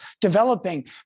developing